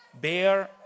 bear